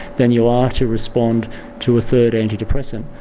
than you are to respond to a third antidepressant.